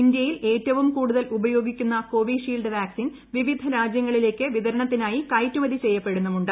ഇന്ത്യയിൽ ഏറ്റവും കൂടുതൽ ഉപയോഗിക്കുന്ന കോവിഷീൽഡ് വാക്സിൻ വിവിധ രാജ്യങ്ങളിലേക്ക് വിതരണത്തിനായി കയറ്റുമതി ചെയ്യപ്പെടുന്നുമുണ്ട്